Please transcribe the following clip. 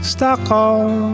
Stockholm